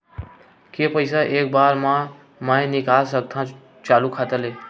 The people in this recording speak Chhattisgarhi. के पईसा एक बार मा मैं निकाल सकथव चालू खाता ले?